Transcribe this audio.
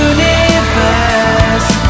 Universe